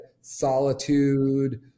solitude